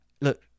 look